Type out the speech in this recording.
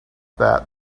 that